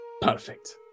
Perfect